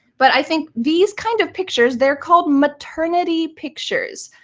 but i think these kind of pictures, they're called maternity pictures.